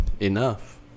Enough